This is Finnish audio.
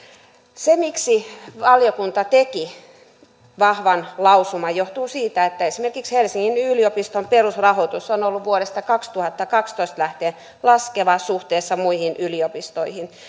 se miksi valiokunta teki vahvan lausuman johtuu siitä että esimerkiksi helsingin yliopiston perusrahoitus on ollut vuodesta kaksituhattakaksitoista lähtien laskeva suhteessa muihin yliopistoihin